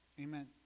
amen